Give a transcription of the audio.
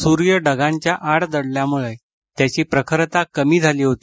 सूर्य ढगांच्या आड दडल्यामुळे त्याची प्रखरता कमी झाली होती